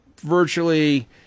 virtually